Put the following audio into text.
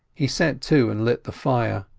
he set to and lit the fire.